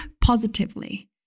positively